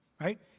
Right